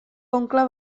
oncle